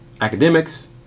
academics